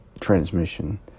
transmission